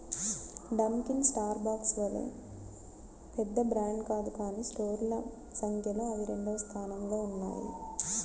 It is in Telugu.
డంకిన్ స్టార్బక్స్ వలె పెద్ద బ్రాండ్ కాదు కానీ స్టోర్ల సంఖ్యలో అవి రెండవ స్థానంలో ఉన్నాయి